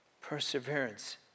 Perseverance